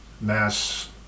mass